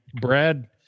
Brad